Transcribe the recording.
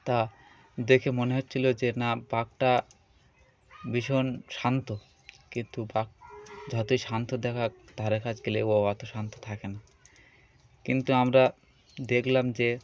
তা দেখে মনে হচ্ছিলো যে না বাঘটা ভীষণ শান্ত কিন্তু বাঘ যতই শান্ত দেখা ধারে কাজকত ত ব অতো শান্ত থাকে না কিন্তু আমরা দেখলাম যে